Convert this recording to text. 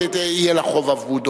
יהיה לה חוב אבוד,